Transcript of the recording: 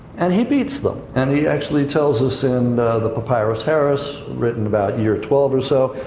and he beats them. and he actually tells us in the papyrus harris, written about year twelve or so,